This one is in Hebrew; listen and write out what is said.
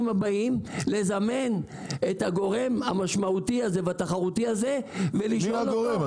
הבאים את הגורם המשמעותי הזה --- מי הגורם?